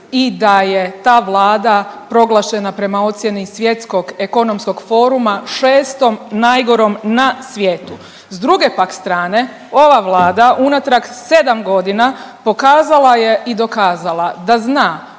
i da je ta Vlada proglašena prema ocjeni Svjetskog ekonomskog foruma 6. najgorom na svijetu. S druge pak strane ova Vlada unatrag 7.g. pokazala je i dokazala da zna